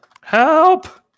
Help